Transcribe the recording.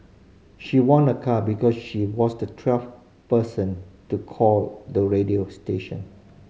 she won a car because she was the twelfth person to call the radio station